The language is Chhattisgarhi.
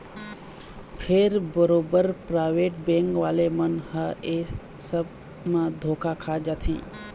फेर बरोबर पराइवेट बेंक वाले मन ह ऐ सब म धोखा खा जाथे